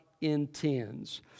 intends